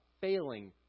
failing